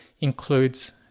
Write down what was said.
includes